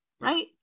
right